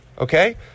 okay